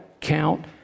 count